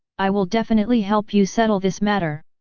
i will definitely help you settle this matter!